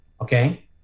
okay